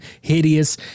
hideous